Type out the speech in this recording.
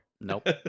Nope